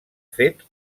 fet